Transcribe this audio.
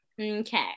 Okay